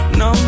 no